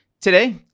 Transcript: Today